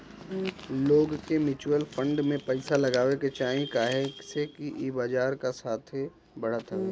लोग के mutual fund में पइसा लगावे के चाही काहे से कि ई बजार कअ साथे बढ़त हवे